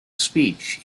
speech